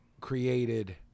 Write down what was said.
created